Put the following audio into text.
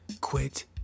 quit